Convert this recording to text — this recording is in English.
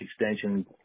extension